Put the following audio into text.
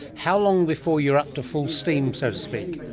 how long before you're up to full steam, so to speak?